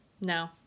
No